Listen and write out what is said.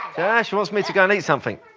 yeah she wants me to go and eat something.